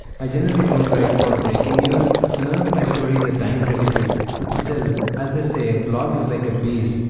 i generally don't write about breaking news so none of my stories time-critical but still, as they say, a blog is like a beast.